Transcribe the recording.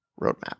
roadmap